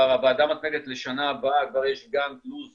הוועדה המתמדת לשנה הבאה, כבר יש גם לו"ז